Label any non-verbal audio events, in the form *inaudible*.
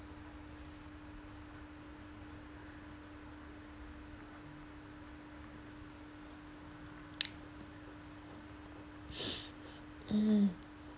*noise* mm